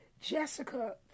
Jessica